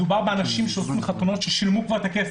מדובר באנשים שעושים חתונות, ששילמו כבר את הכסף.